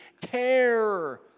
care